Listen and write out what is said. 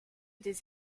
des